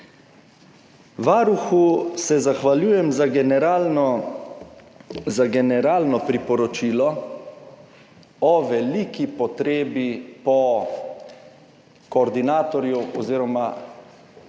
Varuhu se zahvaljujem za generalno priporočilo o veliki potrebi po koordinatorju oziroma